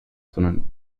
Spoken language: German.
sondern